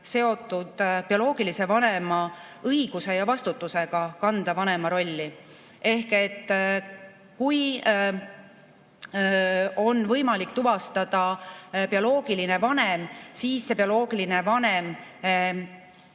seotud bioloogilise vanema õiguse ja vastutusega kanda vanema rolli. Kui on võimalik tuvastada bioloogiline vanem, siis see bioloogiline vanem